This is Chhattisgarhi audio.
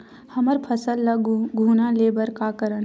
हमर फसल ल घुना ले बर का करन?